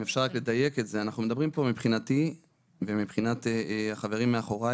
אם אפשר רק לדייק את זה: מבחינתי ומבחינת החברים פה מאחוריי,